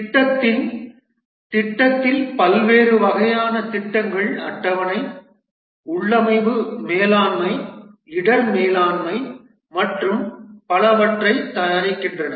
திட்டத்தின் திட்டத்தில் பல்வேறு வகையான திட்டங்கள் அட்டவணை உள்ளமைவு மேலாண்மை இடர் மேலாண்மை மற்றும் பலவற்றைத் தயாரிக்கின்றன